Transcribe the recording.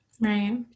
Right